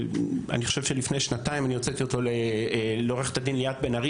אני חושב שלפני שנתיים הוצאתי אותו לעורכת הדין ליאת בן ארי